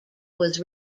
was